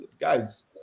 Guys